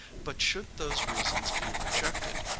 but should those reasons be rejected,